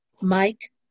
Mike